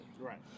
Right